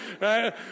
right